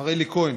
מר אלי כהן